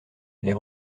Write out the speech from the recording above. les